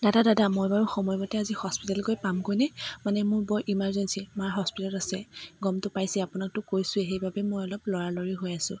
দাদা দাদা মই বাৰু সময়মতে আজি হস্পিতাল গৈ পামগৈনে মানে মোৰ বৰ ইমাৰজেঞ্চী মা হস্পিতেলত আছে গমতো পাইছে আপোনাকতো কৈছোৱে সেইবাবে মই অলপ লৰালৰি হৈ আছোঁ